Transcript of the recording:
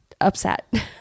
upset